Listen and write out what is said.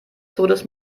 todes